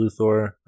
Luthor